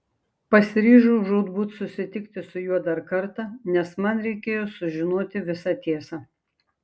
pasiryžau žūtbūt susitikti su juo dar kartą nes man reikėjo sužinoti visą tiesą